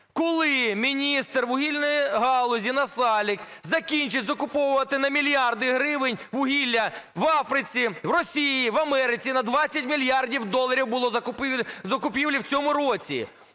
Коли міністр вугільної галузі Насалик закінчить закуповувати на мільярди гривень вугілля в Африці, в Росії, в Америці? На 20 мільярдів доларів було закупівлі в цьому році.